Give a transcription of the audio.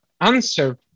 answer